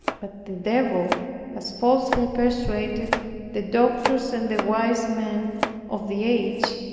but the devil has falsely persuaded the doctors and the wise men of the age,